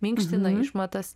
minkština išmatas